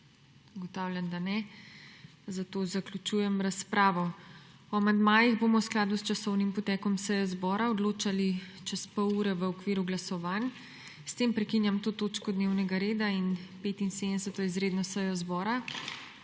Ugotavljam, da ne. Zato zaključujem razpravo. O amandmajih bomo v skladu s časovnim potekom seje zbora odločali čez pol ure v okviru glasovanj. S tem prekinjam to točko dnevnega reda in 75. izredno sejo zbora,